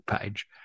page